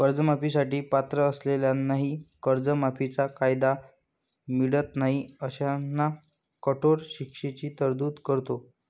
कर्जमाफी साठी पात्र असलेल्यांनाही कर्जमाफीचा कायदा मिळत नाही अशांना कठोर शिक्षेची तरतूद करतो